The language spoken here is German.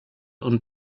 und